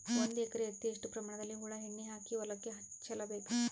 ಒಂದು ಎಕರೆ ಹತ್ತಿ ಎಷ್ಟು ಪ್ರಮಾಣದಲ್ಲಿ ಹುಳ ಎಣ್ಣೆ ಹಾಕಿ ಹೊಲಕ್ಕೆ ಚಲಬೇಕು?